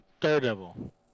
Daredevil